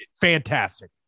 fantastic